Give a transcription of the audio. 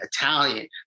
Italian